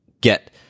get